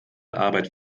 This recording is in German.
arbeit